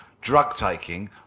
drug-taking